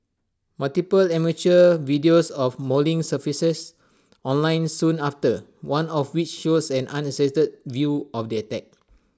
multiple amateur videos of mauling surfaced online soon after one of which shows an uncensored view of the attack